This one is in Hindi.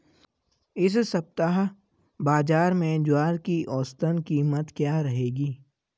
इस सप्ताह बाज़ार में ज्वार की औसतन कीमत क्या रहेगी?